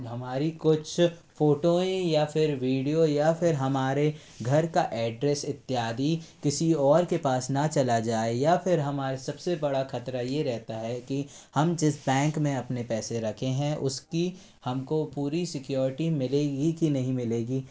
हमारी कुछ फोटोएं या फिर विडिओ या फिर हमारे घर का एड्रैस इत्यादि किसी और के पास न चला जाए या फिर हमारे सबसे बड़ा खतरा ये रहता है कि हम जिस बैंक में अपने पैसे रखे हैं उसकी हमको पूरी सिक्युरिटी मिलेगी की नहीं मिलेगी